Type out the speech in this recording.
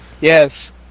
Yes